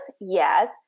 yes